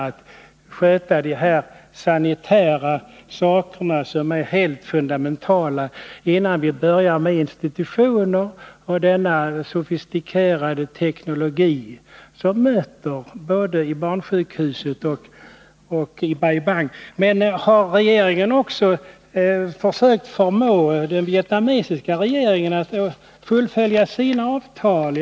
Vi måste lära dem att sköta det sanitära, vilket är helt fundamentalt, innan vi bygger upp institutioner och inför den sofistikerade teknologi som möter besökaren både på barnsjukhuset och i Bai Bang. Har regeringen försökt förmå den vietnamesiska regeringen att fullfölja sina avtal?